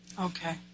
Okay